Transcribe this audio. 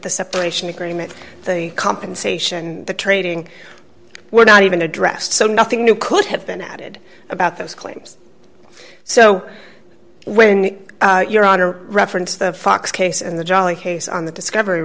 the separation agreement the compensation the trading were not even addressed so nothing new could have been added about those claims so when you're on or referenced the fox case and the jolly case on the discovery